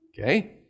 Okay